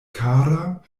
kara